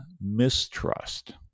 mistrust